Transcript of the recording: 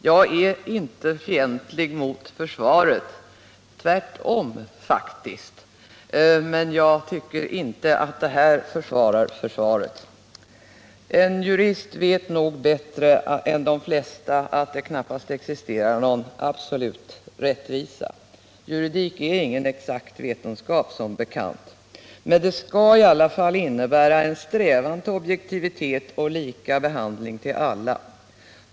Jag är inte fientlig mot försvaret — tvärtom faktiskt — men jag tycker inte att en sådan här ordning försvarar försvaret. En jurist vet nog bättre än de flesta att det knappast existerar någon absolut rättvisa. Juridik är som bekant ingen exakt vetenskap — men den skall i alla fall innebära en strävan till objektivitet och lika behandling av alla.